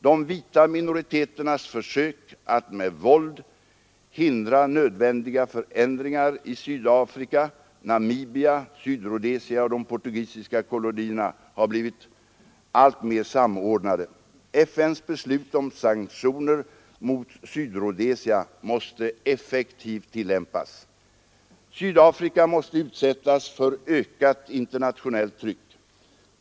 De vita minoriteternas försök att med våld hindra nödvändiga förändringar i Sydafrika, Namibia, Sydrhodesia och de portugisiska kolonierna har blivit alltmer samordnade. FN:s beslut om sanktioner mot Sydrhodesia måste effektivt tillämpas. Sydafrika måste utsättas för ökat internationellt tryck.